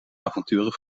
avonturen